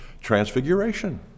transfiguration